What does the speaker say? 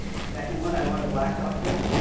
second one, i want a black doctor.